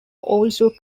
also